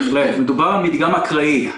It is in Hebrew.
מדובר על מדגם אקראי.